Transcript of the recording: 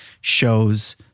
shows